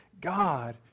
God